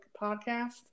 podcast